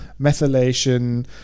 methylation